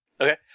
Okay